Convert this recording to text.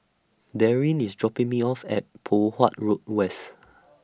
Darryn IS dropping Me off At Poh Huat Road West